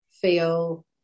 feel